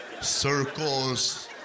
circles